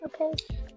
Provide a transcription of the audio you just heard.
okay